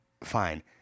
fine